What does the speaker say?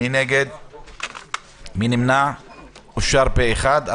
מיזוג שתי ההצעות: